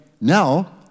now